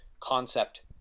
concept